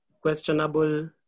questionable